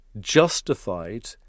justified